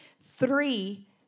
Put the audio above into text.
Three